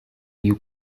you